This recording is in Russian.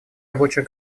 рабочих